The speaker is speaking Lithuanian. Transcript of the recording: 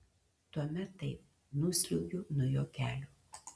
tuomet taip nusliuogiu nuo jo kelių